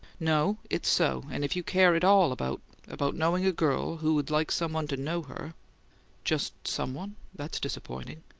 no it's so. and if you care at all about about knowing a girl who'd like someone to know her just someone? that's disappointing.